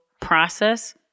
process